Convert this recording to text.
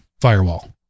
firewall